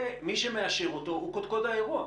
מי שמאשר אותו הוא קודקוד האירוע.